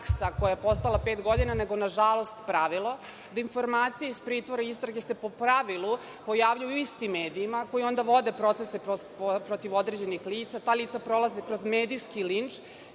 koja je postojala pet godina nego na žalost pravilo, da informacije iz istrage i pritvora se po pravilu pojavljuju u istim medijima koji onda vode procese protiv određenih lica. Ta lica prolaze kroz medijski linč,